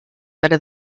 better